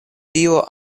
tio